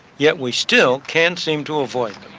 yet we still can't seem to avoid